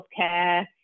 healthcare